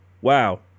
Wow